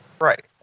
Right